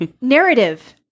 Narrative